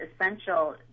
essential